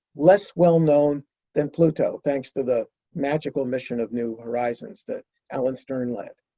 less well-known than pluto, thanks to the magical mission of new horizons that alan stern led.